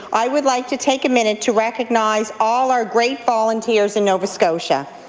i would like to take a minute to recognize all our great volunteers in nova scotia.